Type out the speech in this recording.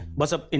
was ah an